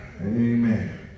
Amen